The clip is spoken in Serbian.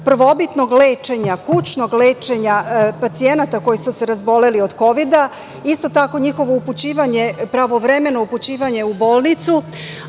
prvobitnog lečenja, kućnog lečenja pacijenata koji su se razboleli od kovida, isto tako njihovo upućivanje, pravovremeno upućivanje u bolnicu,